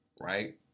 right